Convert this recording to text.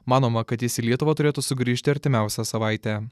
manoma kad jis į lietuvą turėtų sugrįžti artimiausią savaitę